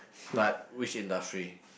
but which industry